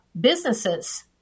businesses